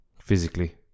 Physically